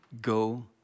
go